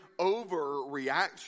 overreaction